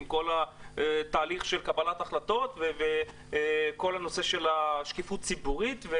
עם כל התהליך של קבלת החלטות וכל הנושא של שקיפות ציבורית.